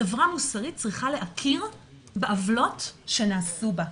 חברה מוסרית צריכה להכיר בעוולות שנעשהו בה.